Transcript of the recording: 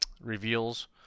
reveals